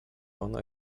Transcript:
ona